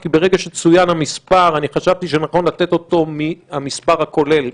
כי ברגע שצוין המס' חשבתי שנכון לתת אותו מהמס' הכולל,